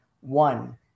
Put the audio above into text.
One